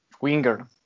Winger